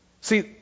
See